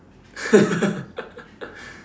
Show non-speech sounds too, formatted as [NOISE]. [LAUGHS]